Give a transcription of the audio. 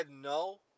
no